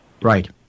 Right